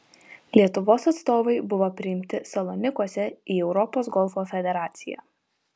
lietuvos atstovai buvo priimti salonikuose į europos golfo federaciją